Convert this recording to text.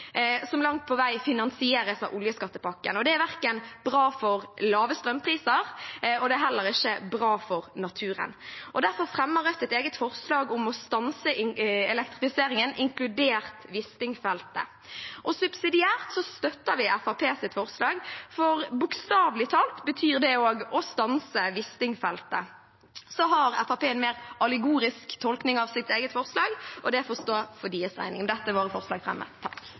som langt på vei finansieres av oljeskattepakken. Det er ikke bra for lave strømpriser, og det er heller ikke bra for naturen. Derfor fremmer Rødt et eget forslag om å stanse elektrifiseringen, inkludert Wisting-feltet. Subsidiært støtter vi Fremskrittspartiets forslag, for bokstavelig talt betyr det også å stanse Wisting-feltet. Så har Fremskrittspartiet en mer allegorisk tolkning av sitt eget forslag, og det får stå for deres regning. Med dette er vårt forslag